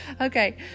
Okay